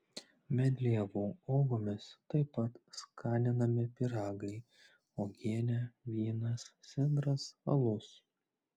medlievų uogomis taip pat skaninami pyragai uogienė vynas sidras alus